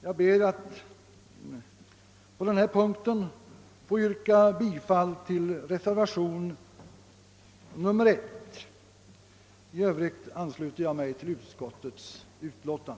Jag ber att få yrka bifall till reservationen 1; i övrigt ansluter jag mig till utskottets hemställan.